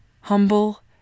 humble